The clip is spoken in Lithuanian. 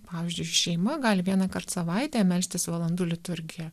pavyzdžiui šeima gali vienąkart savaitėje melstis valandų liturgiją